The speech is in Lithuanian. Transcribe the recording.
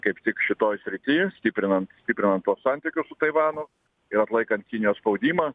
kaip tik šitoj srity stiprinant pirma tuos santykius su taivanu ir atlaikant kinijos spaudimą